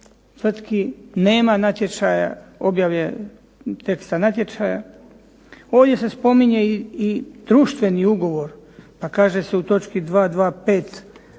natječaja objave teksta natječaja. Ovdje se spominje i društveni ugovor, pa kaže se u točki 225